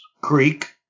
Creek